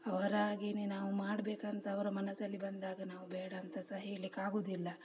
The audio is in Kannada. ಅವರಾಗಿಯೇ ನಾವು ಮಾಡ್ಬೇಕಂತ ಅವರ ಮನಸ್ಸಲ್ಲಿ ಬಂದಾಗ ನಾವು ಬೇಡ ಅಂತ ಸಹ ಹೇಳಲಿಕ್ಕಾಗೋದಿಲ್ಲ